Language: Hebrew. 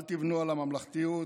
אל תבנו על הממלכתיות,